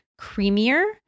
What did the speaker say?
creamier